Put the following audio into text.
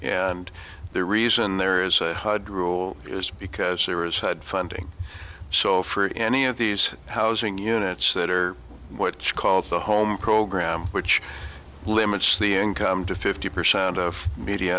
and the reason there is a good rule is because there is had funding so for any of these housing units that are what's called the home program which limits the income to fifty percent of medi